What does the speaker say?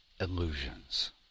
illusions